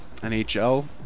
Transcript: NHL